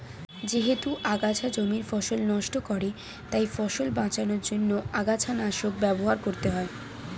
যেহেতু আগাছা জমির ফসল নষ্ট করে তাই ফসল বাঁচানোর জন্য আগাছানাশক ব্যবহার করতে হয়